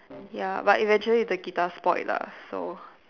ya but eventually the guitar spoiled lah so